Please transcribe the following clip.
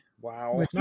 Wow